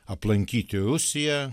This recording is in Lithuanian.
aplankyti rusiją